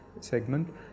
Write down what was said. segment